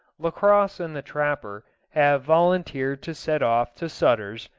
lacosse and the trapper have volunteered to set off to sutter's,